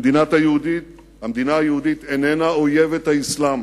שהמדינה היהודית אינה אויבת האסלאם,